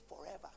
forever